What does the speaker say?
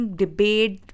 debate